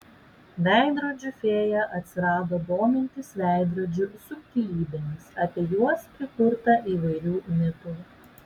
veidrodžių fėja atsirado domintis veidrodžių subtilybėmis apie juos prikurta įvairių mitų